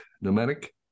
Nomadic